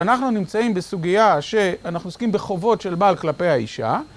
אנחנו נמצאים בסוגיה שאנחנו עוסקים בחובות של בעל כלפי האישה.